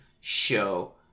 show